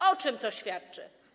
O czym to świadczy?